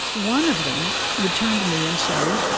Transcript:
one of them would turn to me and say,